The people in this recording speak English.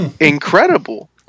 incredible